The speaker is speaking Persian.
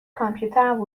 کامپیوترم